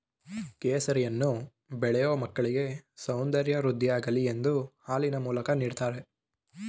ಕೇಸರಿಯನ್ನು ಬೆಳೆಯೂ ಮಕ್ಕಳಿಗೆ ಸೌಂದರ್ಯ ವೃದ್ಧಿಯಾಗಲಿ ಎಂದು ಹಾಲಿನ ಮೂಲಕ ನೀಡ್ದತರೆ